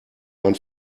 man